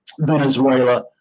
Venezuela